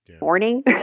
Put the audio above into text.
morning